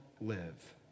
live